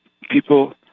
people